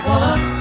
one